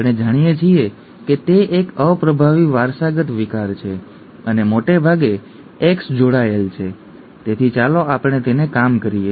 આપણે જાણીએ છીએ કે તે એક અપ્રભાવી વારસાગત વિકાર છે અને મોટે ભાગે એક્સ જોડાયેલ છે તેથી ચાલો આપણે તેને કામ કરીએ